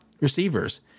receivers